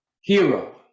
Hero